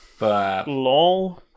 Lol